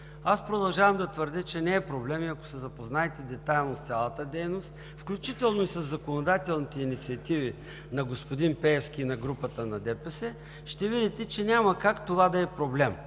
Аз продължавам да твърдя, че не е проблем и ако се запознаете детайлно с цялата дейност, включително и със законодателните инициативи на господин Пеевски и на групата на ДПС, ще видите, че няма как това да е проблем.